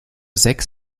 sechs